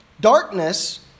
darkness